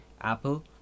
Apple